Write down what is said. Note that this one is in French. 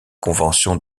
conventions